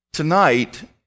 Tonight